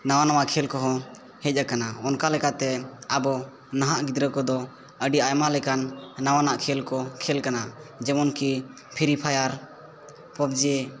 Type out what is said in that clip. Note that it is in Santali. ᱱᱟᱣᱟ ᱱᱟᱣᱟ ᱠᱷᱮᱞ ᱠᱚᱦᱚᱸ ᱦᱮᱡ ᱟᱠᱟᱱᱟ ᱚᱱᱠᱟ ᱞᱮᱠᱟᱛᱮ ᱟᱵᱚ ᱱᱟᱦᱟᱜ ᱜᱤᱫᱽᱨᱟᱹ ᱠᱚᱫᱚ ᱟᱹᱰᱤ ᱟᱭᱢᱟ ᱞᱮᱠᱟᱱ ᱱᱟᱣᱟᱱᱟᱜ ᱠᱷᱮᱞ ᱠᱚ ᱠᱷᱮᱞ ᱠᱟᱱᱟ ᱡᱮᱢᱚᱱᱠᱤ ᱯᱷᱤᱨᱤ ᱯᱷᱟᱭᱟᱨ ᱯᱚᱵᱽᱡᱤ